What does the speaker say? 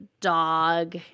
dog